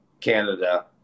canada